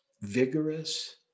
vigorous